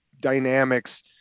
dynamics